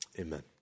Amen